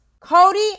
Cody